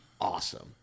awesome